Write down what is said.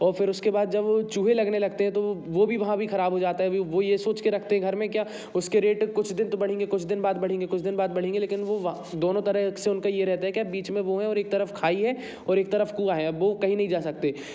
और फिर उसके बाद जब चूहे लगने लगते हैं तो वो भी वहाँ ख़राब हो जाता है वो ये सोच के रखते हैं घर में क्या उसके रेट कुछ दिन तो बढ़ेंगे कुछ दिन बाद बढ़ेंगे कुछ दिन बाद बढ़ेंगे लेकिन वो दोनों तरह से उनका ये रहता है क्या बीच में वो है और एक तरफ खाई है और एक तरफ कुआँ है अब वो कहीं नहीं जा सकते